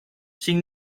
sin